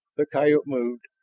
the coyote moved,